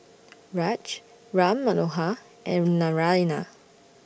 Raj Ram Manohar and Naraina